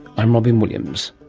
i'm robyn williams.